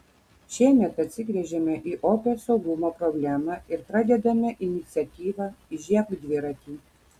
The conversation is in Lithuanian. šiemet atsigręžėme į opią saugumo problemą ir pradedame iniciatyvą įžiebk dviratį